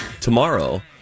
tomorrow